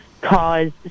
cause